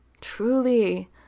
Truly